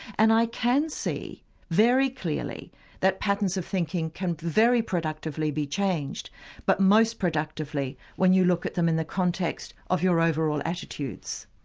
and i can see very clearly that patterns of thinking can very productively be changed but most productively when you look at them in the context of your overall attitudes.